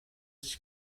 sich